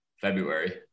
February